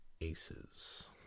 aces